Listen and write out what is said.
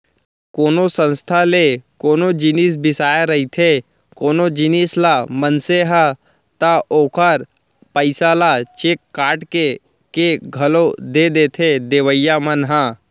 कोनो संस्था ले कोनो जिनिस बिसाए रहिथे कोनो जिनिस ल मनसे ह ता ओखर पइसा ल चेक काटके के घलौ दे देथे देवइया मन ह